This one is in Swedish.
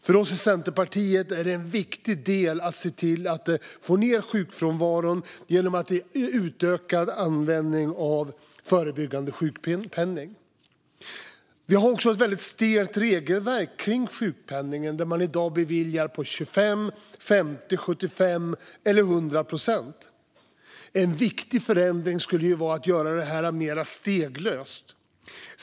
För oss i Centerpartiet är det en viktig del att se till att få ned sjukfrånvaron genom utökad användning av förebyggande sjukpenning. Vi har också ett väldigt stelt regelverk kring sjukpenningen där sjukpenning i dag beviljas på 25, 50, 75 eller 100 procent. En viktig förändring skulle vara att göra detta mer steglöst.